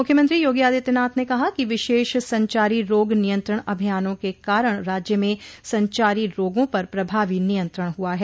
मुख्यमंत्री योगी आदित्यनाथ ने कहा कि विशेष संचारी रोग नियंत्रण अभियानों के कारण राज्य में संचारी रोगों पर प्रभावी नियंत्रण हुआ है